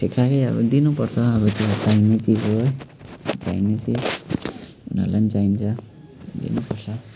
ठिकै अब दिनुपर्छ अब त्यो चाहिने चिज हो चाहिने चिज उनीहरूलाई पनि चाहिन्छ दिनुपर्छ